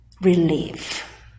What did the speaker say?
Relief